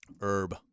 Herb